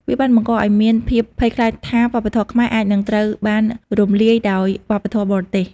វាបានបង្កឱ្យមានភាពភ័យខ្លាចថាវប្បធម៌ខ្មែរអាចនឹងត្រូវបានរំលាយដោយវប្បធម៌បរទេស។